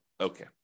okay